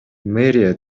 мэрия